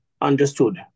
understood